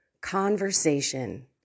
conversation